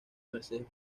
mercedes